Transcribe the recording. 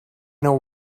know